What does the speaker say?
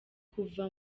kuva